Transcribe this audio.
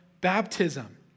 baptism